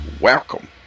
welcome